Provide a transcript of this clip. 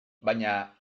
baina